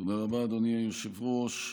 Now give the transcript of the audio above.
תודה רבה, אדוני היושב-ראש.